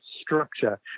structure